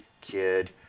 kid